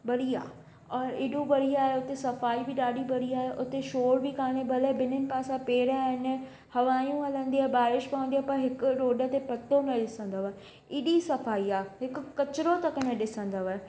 बढ़िया और एॾो बढ़िया आहे उते सफाई बि ॾाढी बढ़िया आहे उते शोर बि कोन्हे भले बिन्हीनि पासा पेड़ आहिनि हवायूं हलंदियूं आहे बारिश पवंदी आहे पर हिकु रोड ते पतो न ॾिसंदव एॾी सफाई आहे हिक कचिरो न तक न ॾिसंदव